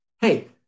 Hey